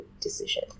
decision